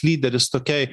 lyderis tokiai